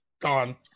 Gone